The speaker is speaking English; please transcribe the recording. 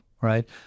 right